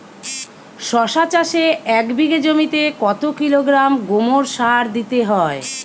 শশা চাষে এক বিঘে জমিতে কত কিলোগ্রাম গোমোর সার দিতে হয়?